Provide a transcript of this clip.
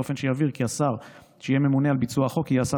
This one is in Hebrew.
באופן שיבהיר כי השר שיהיה ממונה על ביצוע החוק יהיה השר